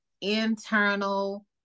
internal